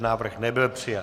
Návrh nebyl přijat.